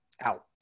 out